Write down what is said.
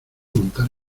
montar